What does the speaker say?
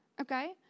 Okay